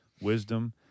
wisdom